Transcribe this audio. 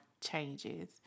changes